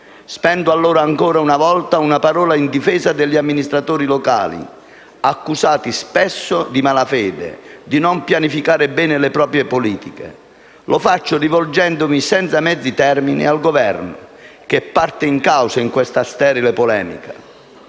Spendo allora, ancora una volta, una parola in difesa degli amministratori locali, accusati spesso in male fede di non pianificare bene le proprie «politiche». Lo faccio rivolgendomi senza mezzi termini al Governo, che è parte in causa in questa sterile polemica.